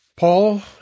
Paul